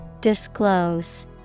Disclose